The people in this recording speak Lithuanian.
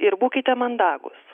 ir būkite mandagūs